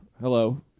Hello